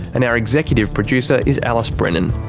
and our executive producer is alice brennan.